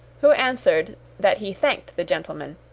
who answered that he thanked the gentleman,